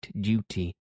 duty